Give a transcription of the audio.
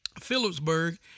Phillipsburg